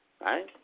right